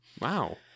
wow